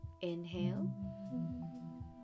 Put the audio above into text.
inhale